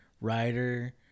writer